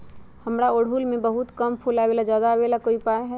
हमारा ओरहुल में बहुत कम फूल आवेला ज्यादा वाले के कोइ उपाय हैं?